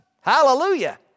Hallelujah